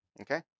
Okay